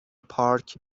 پارک